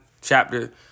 chapter